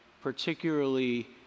particularly